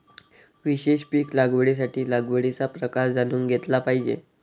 विशेष पीक लागवडीसाठी लागवडीचा प्रकार जाणून घेतला पाहिजे